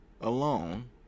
alone